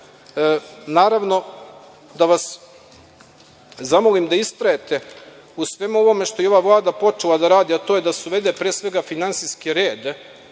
Naravno, da vas zamolim da istrajete u svemu ovome što je ova Vlada počela da radi, a to je da se uvede pre svega finansijski red